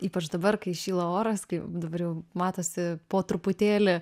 ypač dabar kai šyla oras kai dabar jau matosi po truputėlį